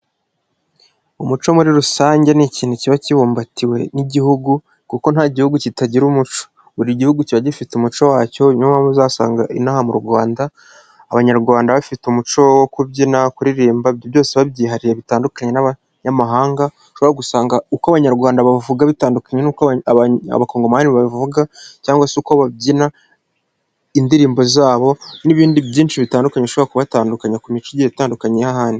Umuco muri rusange ni ikintu kiba kibumbatiwe n'igihugu kuko nta gihugu kitagira umuco, buri gihugu kiba gifite umuco wacyo niyo mpamvu uzasanga inaha mu Rwanda, abanyarwanda bafite umuco wo kubyina, kuririmba byose babyihariye bitandukanye n'abanyamahanga, aho ushobora gusanga uko abanyarwanda babivuga bitandukanye n'uko aba abakongomi babivuga cyangwa se uko babyina indirimbo zabo n'ibindi byinshi bitandukanye ushobora kubatandukanya ku mico igiye itandukanye y'ahandi.